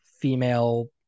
female